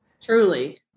Truly